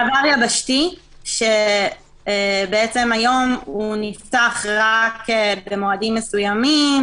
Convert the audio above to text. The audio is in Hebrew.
מעבר יבשתי שהיום הוא נפתח רק במועדים מסוימים.